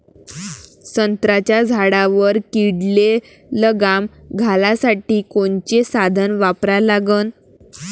संत्र्याच्या झाडावर किडीले लगाम घालासाठी कोनचे साधनं वापरा लागन?